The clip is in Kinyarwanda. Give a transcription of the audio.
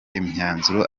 imyanzuro